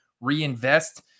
reinvest